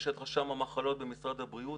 יש את רשם המחלות במשרד הבריאות.